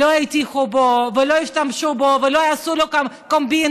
לא יטיחו בו ולא ישתמשו בו ולא יעשו לו קומבינות